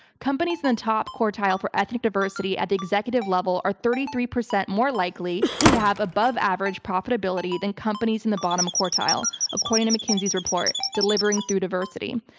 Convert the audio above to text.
companies in the top quartile for ethnic diversity at the executive level are thirty three percent more likely to have above-average profitability than companies in the bottom quartile, according to mckinsey's report, delivering through diversity.